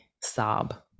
Sob